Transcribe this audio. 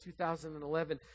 2011